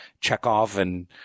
Chekhov—and